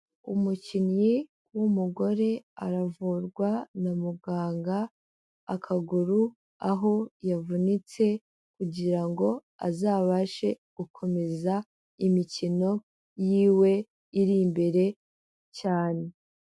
Umukinnyi w'umugore, aravurwa na muganga akaguru, aho yavunitse kugira ngo azabashe gukomeza imikino yiwe iri imbere cyane.